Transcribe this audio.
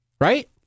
right